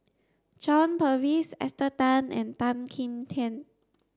John Purvis Esther Tan and Tan Kim Tian